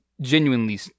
genuinely